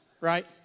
right